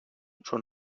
són